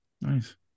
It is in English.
nice